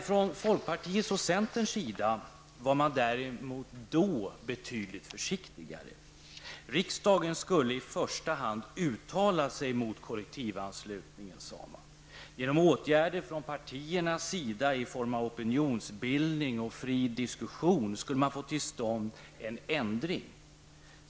Från folkpartiets och centerns sida var man däremot då betydligt försiktigare. Riksdagen skulle i första hand uttala sig emot kollektivanslutningen, sade man. Genom åtgärder från partiernas sida i form av opinionsbildning och fri diskussion skulle man få till stånd en ändring.